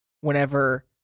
whenever